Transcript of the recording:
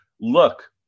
look